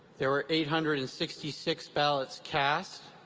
there were eight hundred and sixty six ballots cast.